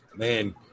Man